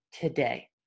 today